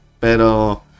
pero